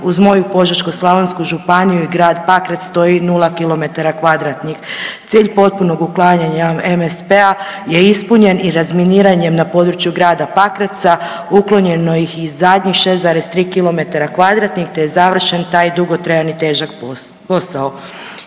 uz moju Požeško-slavonsku županiju i grad Pakrac stoji nula kilometara kvadratnih. Cilj potpunog uklanjanja MSP-a je ispunjen i razminiranjem na području grada Pakraca uklonjeno je i zadnjih 6,3 kilometara kvadratnih, te je završen taj dugotrajan i težak posao.